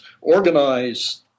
organize